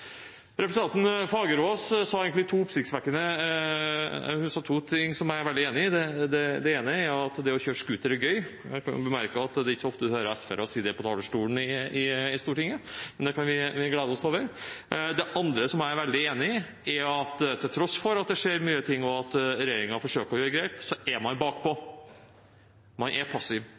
Representanten Fagerås sa to ting som jeg er veldig enig i. Det ene er at det å kjøre scooter gøy. Jeg kan bemerke at det ikke er så ofte en hører SV-ere si det på talerstolen i Stortinget, men det kan vi glede oss over. Det andre som jeg er veldig enig i, er at til tross for at det skjer nye ting, og at regjeringen forsøker å ta grep, så er man bakpå. Man er passiv.